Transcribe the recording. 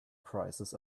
prices